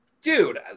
Dude